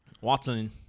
Watson